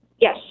Yes